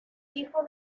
hijo